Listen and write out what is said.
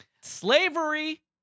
Slavery